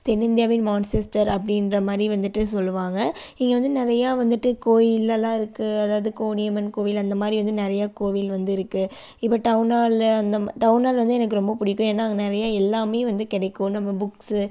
தென்னிந்தியாவின் மான்சிஸ்டர் அப்படின்ற மாதிரி வந்துட்டு சொல்லுவாங்க இங்கே வந்து நிறையா வந்துட்டு கோயிலெல்லாம் இருக்குது அதாவது கோனியம்மன் கோவில் அந்தமாதிரி வந்து நிறையா கோவில் வந்து இருக்குது இப்போ டவுனால்ல அந்த டவுனால் வந்து எனக்கு ரொம்ப பிடிக்கும் ஏன்னா அங்கே நிறையா எல்லாமே வந்து கிடைக்கும் நம்ம புக்ஸ்ஸு